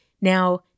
Now